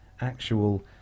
actual